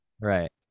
Right